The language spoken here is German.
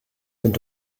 sind